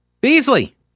Beasley